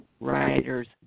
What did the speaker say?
writer's